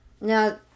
Now